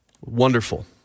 Wonderful